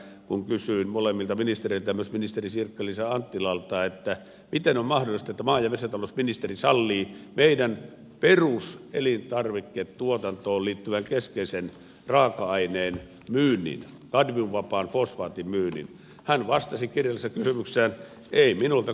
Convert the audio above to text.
kun kysyin molemmilta ministereiltä ja myös ministeri sirkka liisa anttilalta miten on mahdollista että maa ja metsätalousministeri sallii meidän peruselintarviketuotantoomme liittyvän keskeisen raaka aineen myynnin kadmiumvapaan fosfaatin myynnin hän vastasi kirjalliseen kysymykseen että ei minulta kysynyt kukaan